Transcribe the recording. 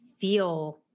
feel